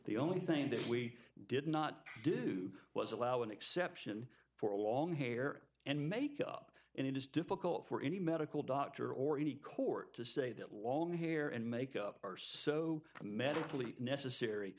the only thing that we did not do was allow an exception for a long hair and makeup and it is difficult for any medical doctor or any court to say that long hair and makeup are so medically necessary